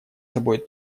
собой